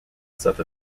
south